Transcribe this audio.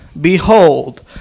Behold